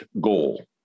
goal